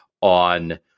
on